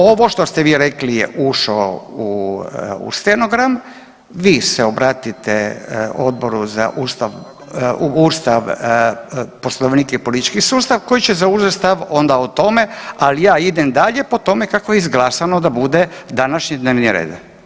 Ovo što ste vi rekli je ušlo u stenogram, vi se obratite Odboru za ustav, Poslovnik i politički sustav koji će zauzet stav onda o tome, al ja idem dalje po tome kako je izglasano da bude današnji dnevni red.